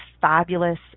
fabulous